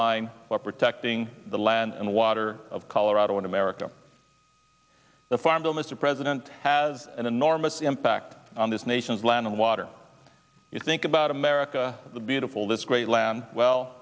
line protecting the land and the water of colorado in america the farm bill mr president has an enormous impact on this nation's land water you think about america the beautiful this great land well